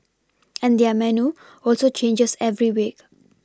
and their menu also changes every week